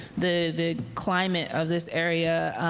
the climate of this area,